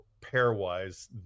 pairwise